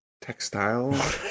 textile